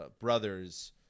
brothers